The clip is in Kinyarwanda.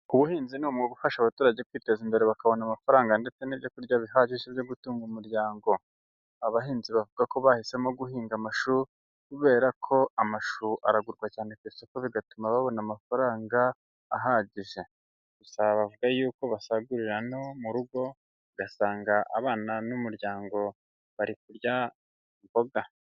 Ubuhinzi ni umwuga ufasha abaturage kwiteza imbere bakabona amafaranga ndetse n'ibyo kurya bihagije byo gutunga umuryango. Abahinzi bavuga ko bahisemo guhinga amashu, kubera ko amashu aragurwa cyane ku isoko bigatuma babona amafaranga ahagije. Gusa bavuga yuko basagurira no mu rugo, ugasanga abana n'umuryango bari kurya imboga.